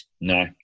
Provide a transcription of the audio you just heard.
no